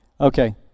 Okay